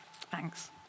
thanks